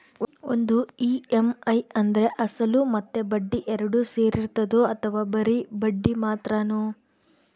ಒಂದು ಇ.ಎಮ್.ಐ ಅಂದ್ರೆ ಅಸಲು ಮತ್ತೆ ಬಡ್ಡಿ ಎರಡು ಸೇರಿರ್ತದೋ ಅಥವಾ ಬರಿ ಬಡ್ಡಿ ಮಾತ್ರನೋ?